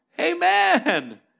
Amen